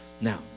Now